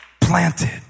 Planted